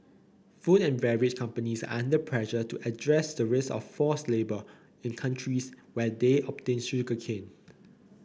food and beverage companies are under pressure to address the risk of forced labour in countries where they obtain sugarcane